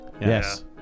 Yes